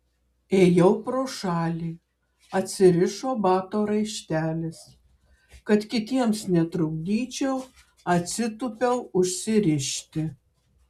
ėjau pro šalį atsirišo bato raištelis kad kitiems netrukdyčiau atsitūpiau užsirišti